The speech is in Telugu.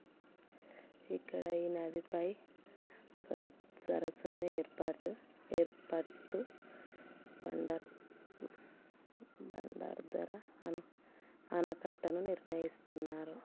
ఇక్కడ ఈ నదిపై ఆర్థర్ సరస్సును ఏర్పరుస్తూ భండార్దరా ఆనకట్టను నిర్ణయిస్తున్నారు